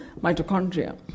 mitochondria